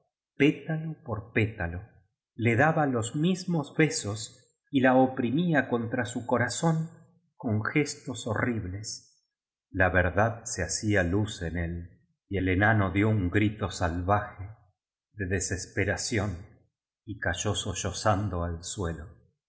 por pétalo le daba los mismos besos y la oprimía contra su corazón con gestos horribles la verdad se hacía luz en él el enano dio un grito salva je de desesperación y cayó sollozando al suelo